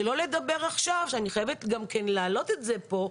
ולא לדבר עכשיו שאני חייבת גם כן להעלות את זה פה,